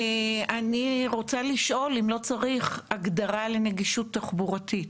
אני רוצה לשאול אם לא צריך הגדרה לנגישות תחבורתית,